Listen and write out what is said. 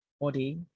body